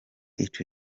ico